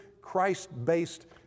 Christ-based